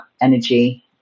energy